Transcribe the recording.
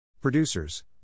Producers